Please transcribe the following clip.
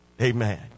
Amen